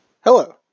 Hello